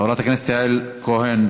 חברת הכנסת יעל כהן-פארן,